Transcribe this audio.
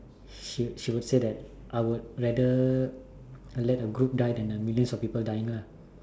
she she would say that I would rather let a group die than a millions of people dying lah